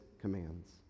commands